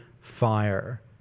fire